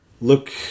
Look